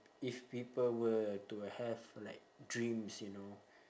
if people were to have like dreams you know